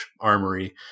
Armory